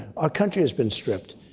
our country has been stripped.